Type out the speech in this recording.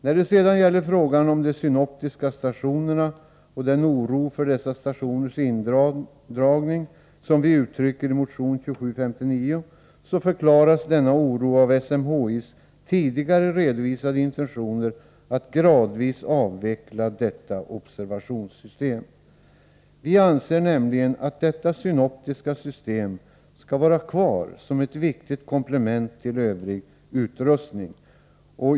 När det sedan gäller frågan om de synoptiska stationerna och den oro för dessa stationers indragning som vi uttrycker i motion 2759, förklaras denna oro av SMHI:s tidigare redovisade intentioner att gradvis avveckla detta observationssystem. Vi anser nämligen att detta synoptiska system skall vara kvar som ett viktigt komplement till övrig utrustning.